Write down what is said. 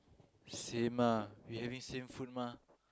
same lah we having same food mah